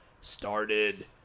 started